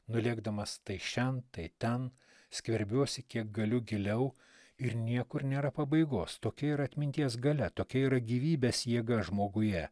nulėkdamas tai šen tai ten skverbiuosi kiek galiu giliau ir niekur nėra pabaigos tokia yra atminties galia tokia yra gyvybės jėga žmoguje